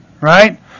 right